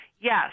Yes